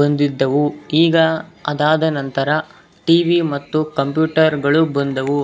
ಬಂದಿದ್ದವು ಈಗ ಅದಾದ ನಂತರ ಟಿ ವಿ ಮತ್ತು ಕಂಪ್ಯೂಟರ್ಗಳು ಬಂದವು